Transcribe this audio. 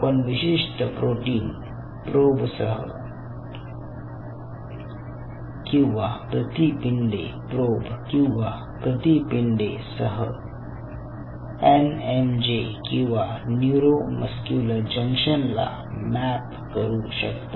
आपण विशिष्ट प्रोटीन प्रोबसह किंवा प्रतिपिंडे प्रोब किंवा प्रतिपिंडेसह एनएमजे किंवा न्यूरोमस्क्यूलर जंक्शनला मॅप करू शकता